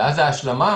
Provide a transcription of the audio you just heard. ואז, בעינינו, ההשלמה,